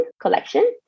collection